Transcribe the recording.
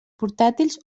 portàtils